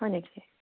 হয় নেকি